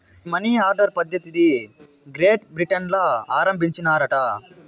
ఈ money order పద్ధతిది Great Britain ల ఆరంబించినారట